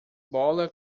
bola